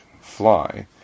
fly